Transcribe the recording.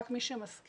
רק מי שמסכים,